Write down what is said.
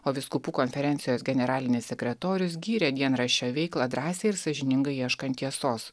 o vyskupų konferencijos generalinis sekretorius gyrė dienraščio veiklą drąsiai ir sąžiningai ieškant tiesos